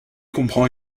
comprend